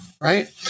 right